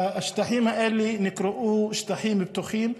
השטחים האלה נקראו שטחים פתוחים,